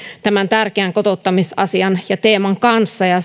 tämän tärkeän kotouttamisasian ja teeman kanssa ja